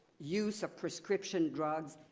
use of prescription drugs.